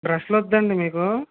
బ్రష్లు వద్దా అండి మీకు